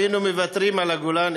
היינו מוותרים על הגולן,